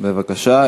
בבקשה.